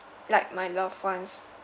like my loved ones